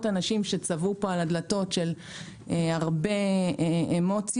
אנשים שצבאו על הדלתות של הרבה אמוציות.